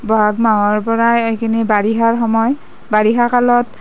বহাগ মাহৰ পৰা সেইখিনি বাৰিষাৰ সময় বাৰিষাকালত